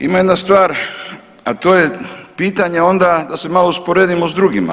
Ima jedna stvar, a to je pitanje onda da se malo usporedimo s drugima.